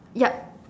yup